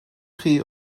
chi